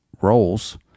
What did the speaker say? roles